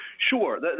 Sure